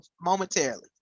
momentarily